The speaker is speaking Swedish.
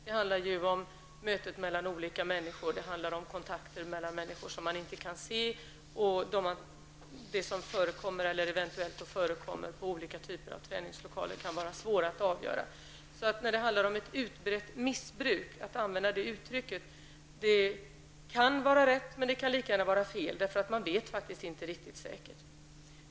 Det handlar ju om möten mellan olika människor, och det handlar om kontakter mellan människor som man inte kan se. Och det som eventuellt förekommer på olika typer av träningslokaler kan vara svårare att avgöra. Att använda uttrycket utbrett missbruk kan vara rätt, men det kan lika gärna vara fel, eftersom man inte riktigt säkert vet.